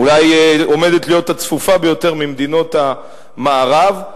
אולי עומדת להיות הצפופה ביותר במדינות המערב,